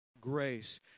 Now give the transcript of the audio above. grace